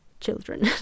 children